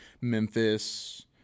Memphis